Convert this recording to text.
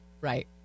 Right